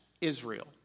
Israel